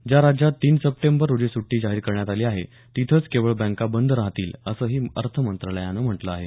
ज्या राज्यांत तीन सप्टेंबर रोजी सुटी जाहीर करण्यात आली आहे तिथंच केवळ बँका बंद राहतील असंही अर्थ मंत्रालयानं म्हटलं आहे